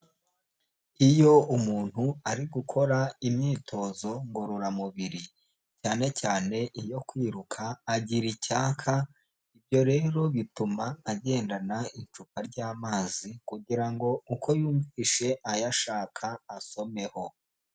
Iyo umuntu ari gukora imyitozo ngororamubiri, cyane cyane iyo kwiruka agira icyaka, ibyo rero bituma agendana icupa ry'amazi kugira ngo uko yumvishe ayashaka asomeho.